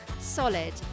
solid